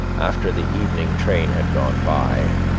after the evening train had gone by,